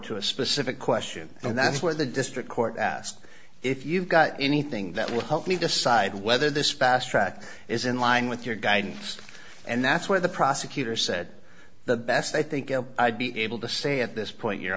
to a specific question and that's where the district court asked if you've got anything that would help me decide whether this fast track is in line with your guidance and that's what the prosecutor said the best i think i'd be able to say at this point your